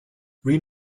read